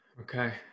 Okay